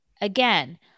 again